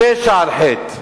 פשע על חטא